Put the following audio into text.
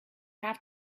have